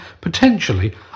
potentially